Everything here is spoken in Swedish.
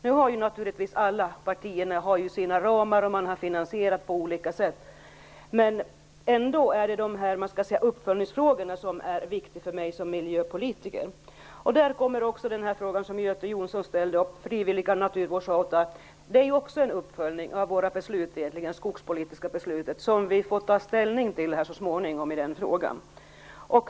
Nu har alla partier sina ramar och olika finansieringar. Ändå är det uppföljningsfrågan som är viktig för mig som miljöpolitiker. Där ingår den fråga som Det blir också en uppföljning av vårt skogspolitiska beslut där vi så småningom får ta ställning till den frågan.